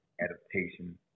adaptation